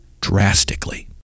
drastically